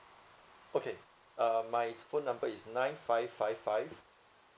okay uh my phone number is nine five five five